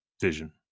vision